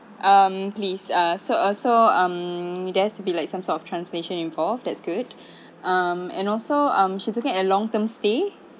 um please ah so also um it has to be like some sort of translation involved that's good um and also um she tooking a long term stay